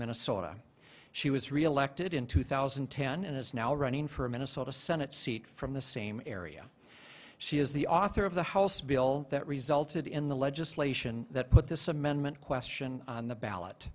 minnesota she was reelected in two thousand and ten and is now running for a minnesota senate seat from the same area she is the author of the house bill that resulted in the legislation that put this amendment question on the ballot